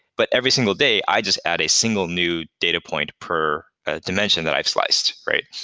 but every single day i just add a single new data point per ah dimension that i've sliced, right?